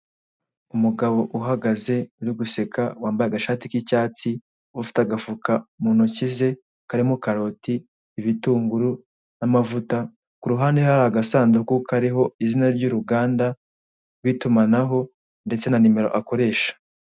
Umugabo uhagaze uri guseka wambaye agashati k'icyatsi ufite agafuka mu ntoki karimo casroti, ibitunguru n'amavuta kuruhande hari agasanduku k'itumanaho kariho izina ry'uruganda rw'itumanaho ndetse na nimero akoresha.